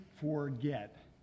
forget